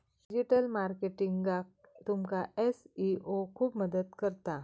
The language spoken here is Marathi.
डिजीटल मार्केटिंगाक तुमका एस.ई.ओ खूप मदत करता